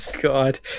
God